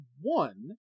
one